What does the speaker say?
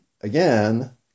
again